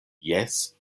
jes